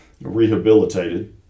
rehabilitated